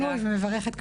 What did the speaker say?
ומברכת,